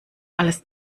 alles